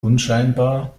unscheinbar